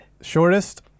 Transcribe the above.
shortest